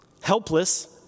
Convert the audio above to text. Helpless